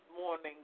morning